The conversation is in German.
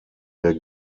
der